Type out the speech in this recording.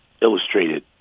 Illustrated